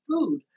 food